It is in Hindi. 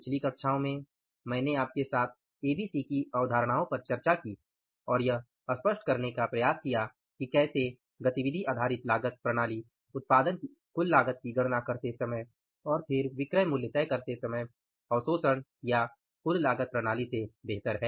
पिछली कक्षाओं में मैंने आपके साथ एबीसी की अवधारणाओं पर चर्चा की और यह स्पष्ट करने का प्रयास किया कि कैसे एबीसी उत्पादन की कुल लागत की गणना करते समय और फिर विक्रय मूल्य तय करते समय अवशोषण या कुल लागत प्रणाली से बेहतर है